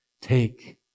take